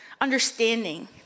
understanding